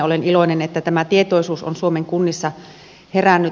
olen iloinen että tämä tietoisuus on suomen kunnissa herännyt